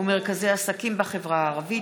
ומרכזי עסקים בחברה הערבית.